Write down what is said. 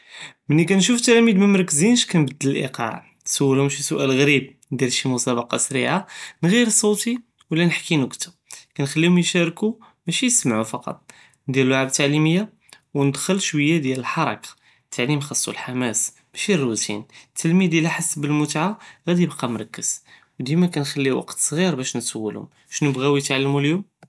מני קא נשוף תלאמיז ממרכזינש קנבדל אלייאק, נסולהמ שי שואל גריב נדיר שי מסאבע סריע נגר ער סוטי ו לה נכי נקטה קנחליהום ישרקו מאשי יסמעו פקאט, נדיר לעב תעלימיה ונדכול שווייה דיאל אלחרקה, אתתעלים חאסקו אלחמאס מאשי אלרוטין אלתלאמיז אלא חס בלמתעה גאדי ייבקה מרכז ודימה קנחל וקט סגיר בש נסולהמ שנו בגעו יתחאלמו אליום.